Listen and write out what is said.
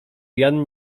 jan